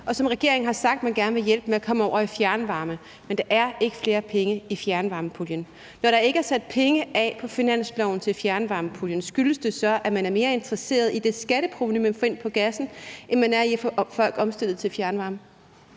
og som regeringen har sagt de gerne vil hjælpe med at komme over på fjernvarme. Men der er ikke flere penge i fjernvarmepuljen. Når der ikke er sat penge af på finansloven til fjernvarmepuljen, skyldes det så, at man er mere interesseret i det skatteprovenu, man får ind på gassen, end man er i at få folk omstillet til fjernvarme?